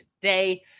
today